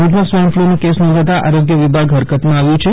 ભુજમાં સ્વાઈન ફ્લુનો કેસ નોંધાતા આરોગ્ય વિભાગ હરકતમાં આવ્યું છે